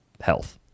health